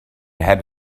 had